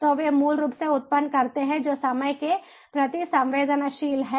तो वे मूल रूप से उत्पन्न करते हैं जो समय के प्रति संवेदनशील हैं